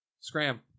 Scram